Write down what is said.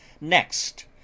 next